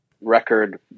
record